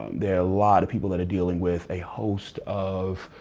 there are a lot of people that are dealing with a host of